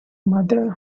mother